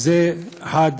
זאת אחת